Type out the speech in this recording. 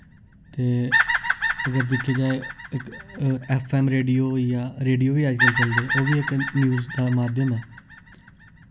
ते अगर दिक्खेआ जाए इक एफएम रेडियो होई गेआ रेडियो बी अजकल चलदे ओह् बी इक न्यूज दा माध्यम ऐ